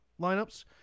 lineups